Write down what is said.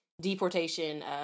deportation